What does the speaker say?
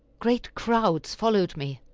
great crowds followed me,